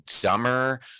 dumber